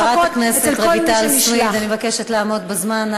חברת הכנסת רויטל סויד, אני מבקשת לעמוד בזמן.